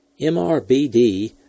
MRBD